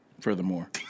Furthermore